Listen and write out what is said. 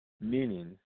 meaning